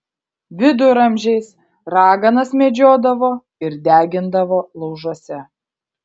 viduramžiais raganas medžiodavo ir degindavo laužuose